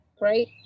right